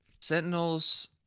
Sentinels